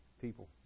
people